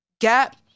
Gap